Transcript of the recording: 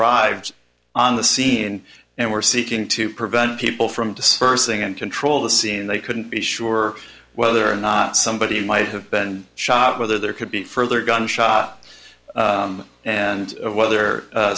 arrived on the scene and were seeking to prevent people from dispersing and control the scene they couldn't be sure whether or not somebody might have been shot whether there could be further gunshot and whether